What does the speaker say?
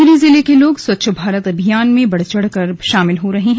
टिहरी जिले के लोग स्वच्छ भारत अभियान में बढ़ चढ़कर शामिल हो रहे हैं